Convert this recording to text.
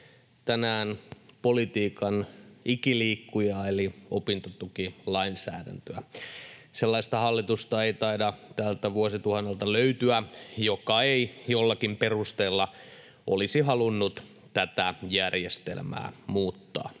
tänään politiikan ikiliikkujaa eli opintotukilainsäädäntöä. Sellaista hallitusta ei taida tältä vuosituhannelta löytyä, joka ei jollakin perusteella olisi halunnut tätä järjestelmää muuttaa.